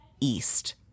east